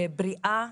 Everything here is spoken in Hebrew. בריאה